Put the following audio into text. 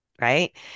right